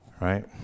right